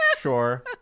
sure